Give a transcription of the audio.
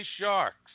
Sharks